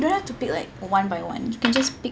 don't have to pick like one by one you can just pick